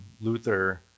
Luther